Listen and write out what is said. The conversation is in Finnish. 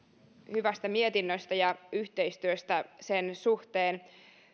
hyvästä mietinnöstä ja yhteistyöstä sen suhteen